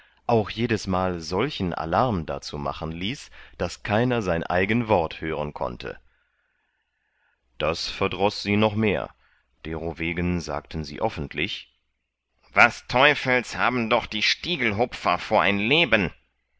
auch jedesmal solchen alarm darzu machen ließ daß keiner sein eigen wort hören konnte das verdroß sie noch mehr derowegen sagten sie offentlich was teufels haben doch die stiegelhupfer vor ein leben